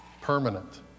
permanent